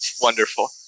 wonderful